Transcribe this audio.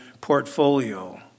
portfolio